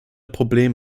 problem